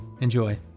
Enjoy